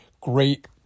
Great